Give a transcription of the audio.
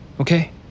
okay